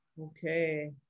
Okay